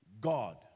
God